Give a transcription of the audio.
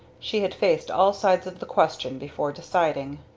she had faced all sides of the question before deciding.